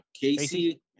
Casey